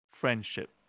friendship